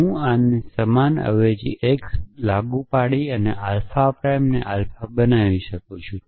હું આને સમાન અવેજી x આ વસ્તુ લાગુ પાડીને આલ્ફા પ્રાઇમ અને આલ્ફા બનાવી શકું છું